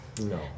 No